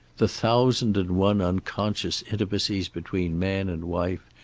the thousand and one unconscious intimacies between man and wife,